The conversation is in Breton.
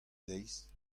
zeiz